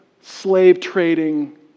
slave-trading